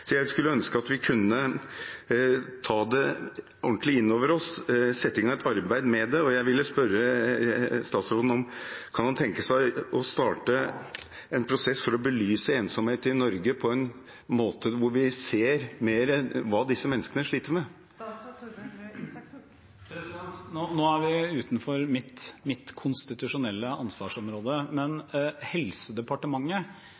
jeg skulle ønske, var at vi kunne ta det ordentlig inn over oss og sette i gang et arbeid med det, og jeg vil spørre statsråden: Kan han tenke seg å starte en prosess for å belyse ensomhet i Norge på en måte der vi ser mer hva disse menneskene sliter med? Nå er vi utenfor mitt konstitusjonelle ansvarsområde,